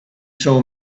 saw